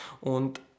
Und